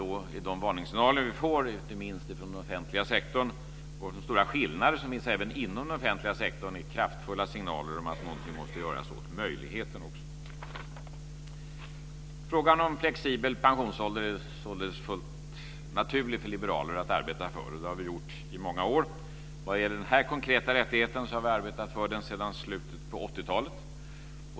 De varningssignaler som vi får kommer inte minst från den offentliga sektorn. De stora skillnader som finns även inom den offentliga sektorn är kraftfulla signaler om att något måste göras åt möjligheten till inflytande. Frågan om flexibel pensionsålder är således fullt naturlig för oss liberaler att arbeta för, och det har vi gjort i många år. Den här konkreta rättigheten har vi arbetat för sedan slutet av 80-talet.